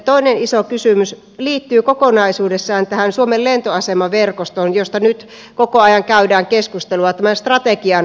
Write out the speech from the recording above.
toinen iso kysymys liittyy kokonaisuudessaan tähän suomen lentoasemaverkostoon josta nyt koko ajan käydään keskustelua tämän strategian muodossa